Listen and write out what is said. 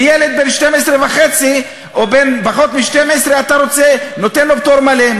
וילד בן 12.5 או בן פחות מ-12 אתה נותן לו פטור מלא.